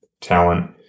talent